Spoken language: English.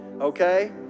Okay